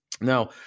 Now